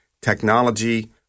technology